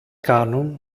κάνουν